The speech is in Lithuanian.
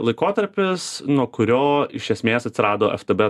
laikotarpis nuo kurio iš esmės atsirado ftb